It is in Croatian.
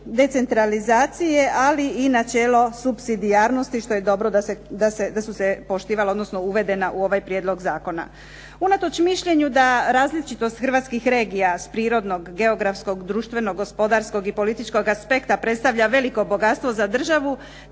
decentralizacije ali i načelo supsidijarnosti, što je dobro što je uvedena u ovaj Prijedlog zakona. Unatoč mišljenju da različitost regija s prirodnog, geografskog, društveno gospodarskog i političkog aspekta predstavlja veliko bogatstvo za državu